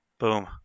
Boom